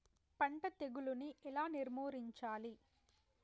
పంట తెగులుని ఎలా నిర్మూలించాలి?